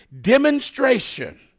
demonstration